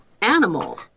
animal